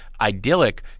idyllic